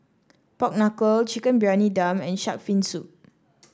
Pork Knuckle Chicken Briyani Dum and shark's fin soup